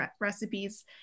recipes